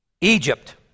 Egypt